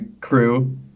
crew